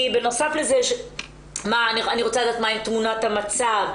כי בנוסף לזה אני רוצה לדעת מהי תמונת המצב.